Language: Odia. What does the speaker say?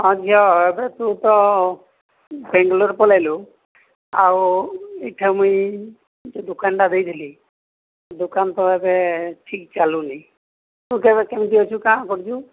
ହଁ ଝିଅ ଏବେ ତୁ ତ ବାଙ୍ଗାଲୋର ପଳେଇଲୁ ଆଉ ଏଠି ମୁଁ ଯେଉଁ ଦୋକାନଟା ଦେଇଥିଲି ଦୋକାନ ତ ଏବେ ଠିକ୍ ଚାଲୁନି ତୁ ଏବେ କେମିତି ଅଛୁ କ'ଣ କରୁଛୁ